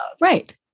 Right